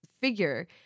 figure